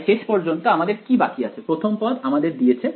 তাই শেষ পর্যন্ত আমাদের কি বাকি আছে প্রথম পদ আমাদের দিয়েছে